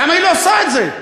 למה היא לא עושה את זה?